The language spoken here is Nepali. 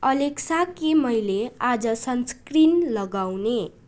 एलेक्सा के मैले आज सनस्क्रिन लगाउने